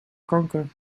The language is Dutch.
kanker